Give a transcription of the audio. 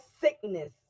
sickness